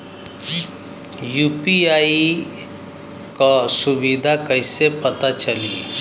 UPI क सुविधा कैसे पता चली?